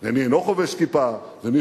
ומי אינו חובש כיפה,